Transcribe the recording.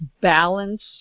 balance